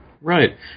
Right